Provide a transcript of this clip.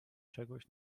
czegoś